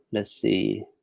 let's see,